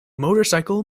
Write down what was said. motorcycle